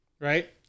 right